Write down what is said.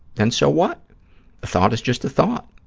then, so what? a thought is just a thought.